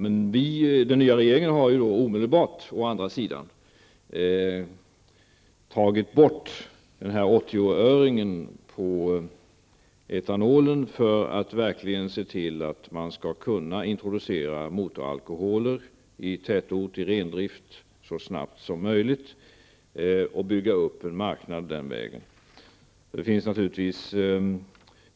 Men vi i den nya regeringen har å andra sidan omedelbart tagit bort dessa 80 öre på etanolen för att verkligen se till att man skall kunna introducera motoralkoholer i tätorter i rendrift så snabbt som möjligt. Därigenom kan man bygga upp en marknad den vägen.